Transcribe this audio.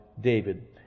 David